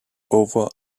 over